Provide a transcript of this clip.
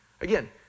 Again